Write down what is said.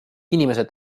inimesed